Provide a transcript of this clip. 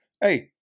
Hey